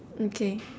okay